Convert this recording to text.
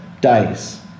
Dice